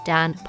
Dan